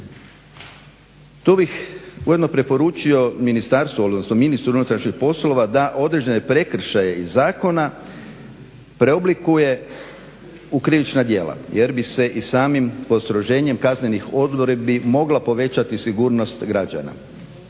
Tu bih ujedno preporučio ministarstvu, odnosno ministru unutrašnjih poslova da određene prekršaje iz zakona preoblikuje u krivična djela jer bi se i samim postroženjem kaznenih odredbi mogla povećati sigurnost građana.